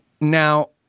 Now